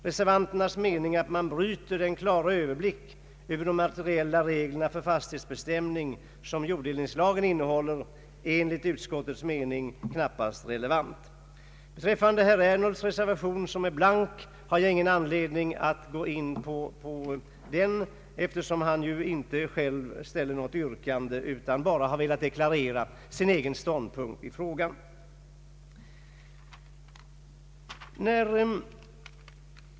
Reservanternas mening att man bryter den klara överblick över de materiella reglerna för fastighetsbestämning som jorddelningslagen innehåller är enligt utskottets mening knappast relevant. Herr Ernulfs blanka reservation har jag ingen anledning att gå in på, eftersom han inte ställde något yrkande utan bara har velat deklarera sin egen ståndpunkt i frågan.